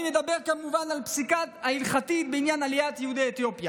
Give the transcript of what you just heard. אני מדבר כמובן על הפסיקה ההלכתית בעניין עליית יהודי אתיופיה